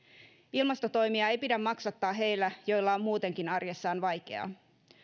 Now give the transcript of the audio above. ilmastotoimia ei pidä maksattaa heillä joilla on muutenkin arjessaan vaikeaa